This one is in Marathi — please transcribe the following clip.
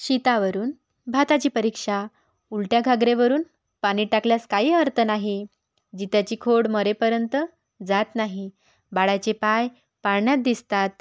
शितावरून भाताची परीक्षा उलट्या घागरेवरून पाणी टाकल्यास काही अर्थ नाही जित्याची खोड मरेपर्यंत जात नाही बाळाचे पाय पाळण्यात दिसतात